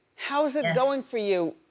how's it going for you?